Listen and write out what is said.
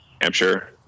hampshire